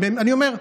אני אומר,